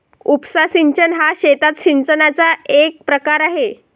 उपसा सिंचन हा शेतात सिंचनाचा एक प्रकार आहे